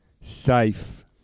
safe